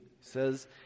says